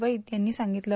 वैद यांनी सांगितलं